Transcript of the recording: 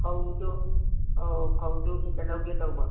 ꯐꯧꯗꯣ ꯑꯧ ꯐꯧꯗꯣ ꯈꯤꯇ ꯂꯧꯒꯦ ꯇꯧꯕ